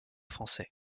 français